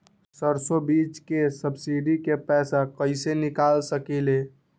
सरसों बीज के सब्सिडी के पैसा कईसे निकाल सकीले?